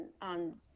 on